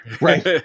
Right